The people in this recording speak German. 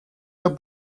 der